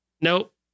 Nope